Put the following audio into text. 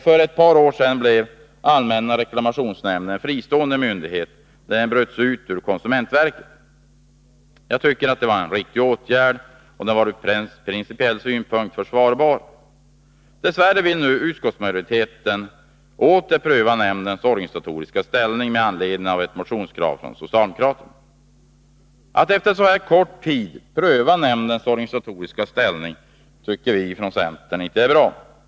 För ett par år sedan blev allmänna reklamationsnämnden en fristående myndighet, när den bröts ut ur konsumentverket. Jag tycker att det var en riktig åtgärd, som ur principiell synpunkt varit försvarbar. Dess värre vill nu utskottsmajoriteten åter pröva nämndens organisatoriska ställning, med anledning av ett motionskrav från socialdemokraterna. Att efter så här kort tid pröva nämndens organisatoriska ställning tycker vi från centern inte är bra.